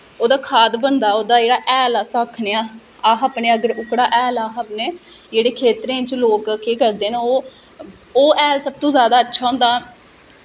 ओह्दा खाद बनदा ओह्दा जेह्ड़ा हैल अस आखने आं अस अपने अगर ओह्कड़ा हैल अस अपने जेह्ड़े खेत्तरें च लोग केह् करदे न ओह् हैल सब तो जादा अच्छा होंदा